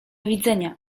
widzenia